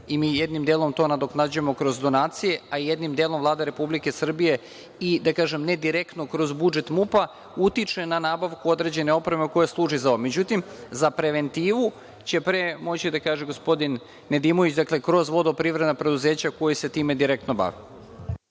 i mi jednim delom to nadoknađujemo kroz donacije, a jednim delom Vlada Republike Srbije i da kažem, ne direktno kroz budžet MUP, utiče na nabavku određene opreme koja služi za ovo. Međutim, za preventivu će pre moći da kaže gospodin Nedimović, dakle kroz vodoprivredna preduzeća koja se time bave.